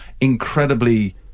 incredibly